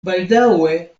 baldaŭe